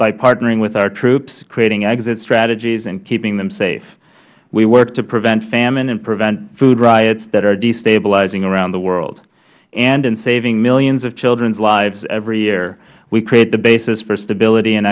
by partnering with our troops in creating exit strategies and keeping them safe we work to prevent famine and food riots that are destabilizing around the world and in saving millions of children's lives every year we create the basis for stability and